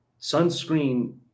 sunscreen